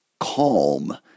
Calm